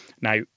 Now